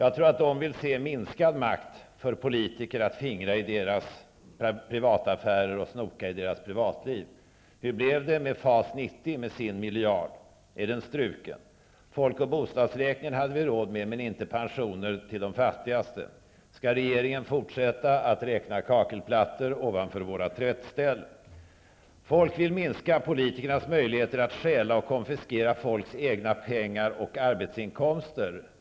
Jag tror att de vill se minskad makt åt politiker att fingra i deras privata affärer och snoka i deras privatliv. Hur blev det med FAS 90 med sin miljard? Är den struken? Folk och bostadsräkningen hade vi råd med, men inte med pensioner till de fattigaste. Skall regeringen fortsätta att räkna kakelplattor ovanför våra tvättställ? Folk vill minska politikernas möjligheter att stjäla och konfiskera människors egna pengar och arbetsinkomster.